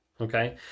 Okay